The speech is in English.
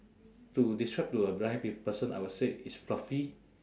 to describe to a blind p~ person I would say it's fluffy